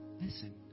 Listen